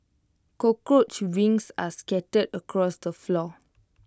cockroach wings were scattered across the floor